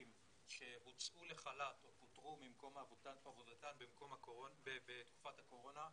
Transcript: שהוצאו לחל"ת או פוטרו ממקום עבודתן בתקופת הקורונה,